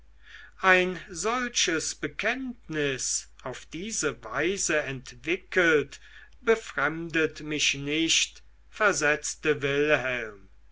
ein solches bekenntnis auf diese weise entwickelt befremdet mich nicht versetzte wilhelm